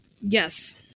Yes